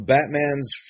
Batman's